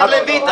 מר לויט,